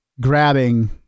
grabbing